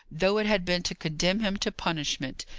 though it had been to condemn him to punishment.